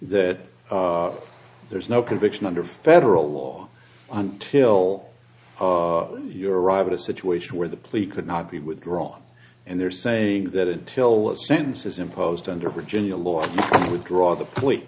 that there's no conviction under federal law until you're arrive at a situation where the plea could not be withdrawn and they're saying that until the sentences imposed under virginia law withdraw the ple